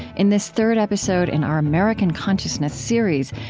in this third episode in our american consciousness series,